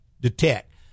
detect